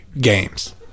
games